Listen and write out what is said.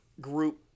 group